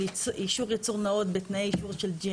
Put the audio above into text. (6א)